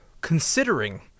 Considering